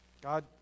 God